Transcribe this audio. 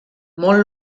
molt